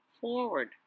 forward